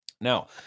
Now